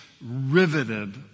riveted